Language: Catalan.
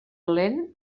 lent